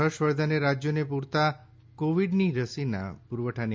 હર્ષવર્ધને રાજ્યોને પુરતા કોવિડની રસીના પુરવઠાની